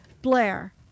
Blair